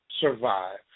survive